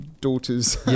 daughters